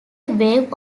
wave